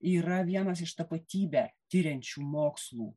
yra vienas iš tapatybę tiriančių mokslų